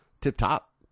tip-top